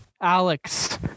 Alex